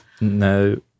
no